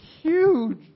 huge